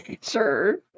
Sure